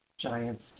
Giants